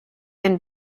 and